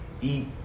eat